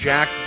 Jack